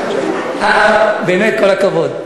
באמת כל הכבוד.